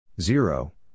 Zero